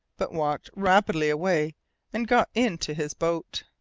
but walked rapidly away and got into his boat.